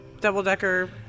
double-decker